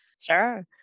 Sure